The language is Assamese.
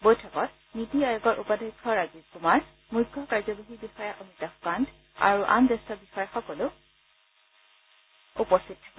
বৈঠকত নীতি আয়োগৰ উপাধ্যক্ষ ৰাজীৱ কুমাৰ মুখ্য কাৰ্যবাহী বিষয়া অমিতাভ কান্ত আৰু আন জ্যেষ্ঠ বিষয়াসকলো উপস্থিত আছিল